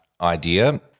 idea